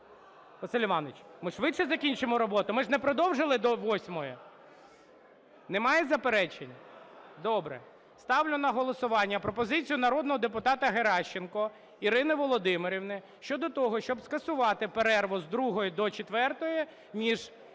Василь Іванович, ми швидше закінчимо роботу, ми ж не продовжили до 8-ї. Немає заперечень? Добре. Ставлю на голосування пропозицію народного депутата Геращенко Ірини Володимирівни щодо того, щоб скасувати перерву з 2-ї до 4-ї між